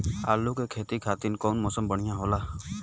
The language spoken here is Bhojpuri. आलू के खेती खातिर कउन मौसम बढ़ियां होला?